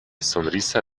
sonrisa